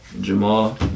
Jamal